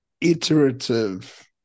iterative